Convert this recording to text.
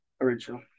original